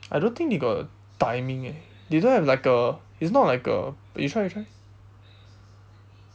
I don't think they got a timing eh they don't have like a it's not like a you try you try